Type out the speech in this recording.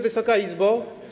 Wysoka Izbo!